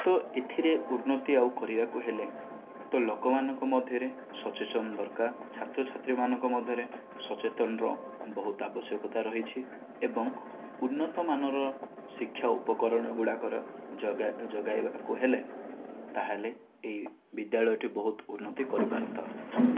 ତ ଏଥିରେ ଉନ୍ନତି ଆଉ କରିବାକୁ ହେଲେ ଲୋକମାନଙ୍କ ମଧ୍ୟରେ ସଚେତନ ଦରକାର ଛାତ୍ରଛାତ୍ରୀ ମାନଙ୍କ ମଧ୍ୟରେ ସଚେତନର ବହୁତ ଆବଶ୍ୟକତା ରହିଛି ଏବଂ ଉନ୍ନତ ମାନର ଶିକ୍ଷା ଉପକରଣ ଗୁଡ଼ାକର ଯୋଗାଇବାକୁ ହେଲେ ତା'ହେଲେ ଏହି ବିଦ୍ୟାଳୟ ଉନ୍ନତି କରିପାରନ୍ତା ଆଉ